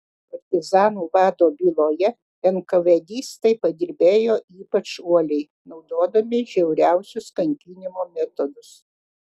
partizanų vado byloje enkavėdistai padirbėjo ypač uoliai naudodami žiauriausius kankinimo metodus